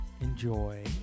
enjoy